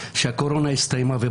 שהקורונה הסתיימה.